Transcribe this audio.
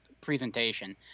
presentation